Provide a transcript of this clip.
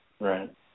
Right